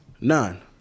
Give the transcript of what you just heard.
None